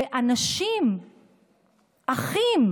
ואנשים אחים